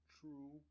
True